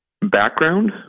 Background